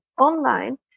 online